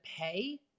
pay